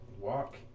walk